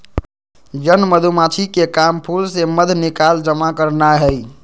जन मधूमाछिके काम फूल से मध निकाल जमा करनाए हइ